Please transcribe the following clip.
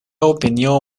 opinio